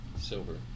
silver